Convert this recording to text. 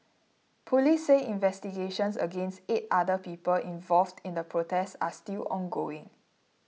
police say investigations against eight other people involved in the protest are still ongoing